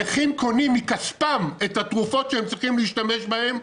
נכים קונים מכספם את התרופות שהם צריכים להשתמש בהן,